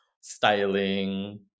styling